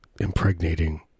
impregnating